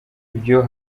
ibyo